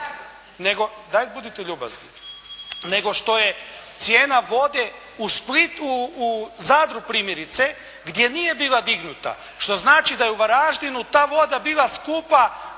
daj budite ljubazni, nego što je cijena vode u Zadru primjerice gdje nije bila dignuta što znači da je u Varaždinu ta voda bila skupa